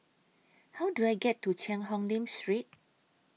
How Do I get to Cheang Hong Lim Street